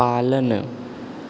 पालन